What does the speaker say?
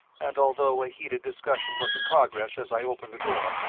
and although a heated discussion was in progress as i opened the door,